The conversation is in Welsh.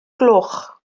gloch